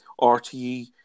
RTE